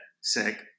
sick